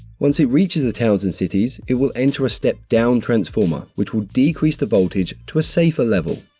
once it reaches the towns and cities, it will enter a step-down transformer which will decrease the voltage to a safer level.